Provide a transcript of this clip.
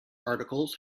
articles